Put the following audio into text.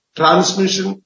transmission